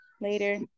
Later